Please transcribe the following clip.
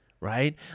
right